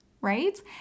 right